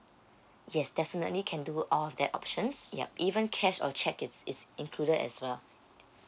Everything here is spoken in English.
yes definitely can do all of that options yup even cash or cheque is is included as well